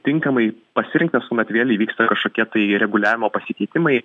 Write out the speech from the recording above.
tinkamai pasirinktas kuomet vėl įvyksta kažkokie tai reguliavimo pasikeitimai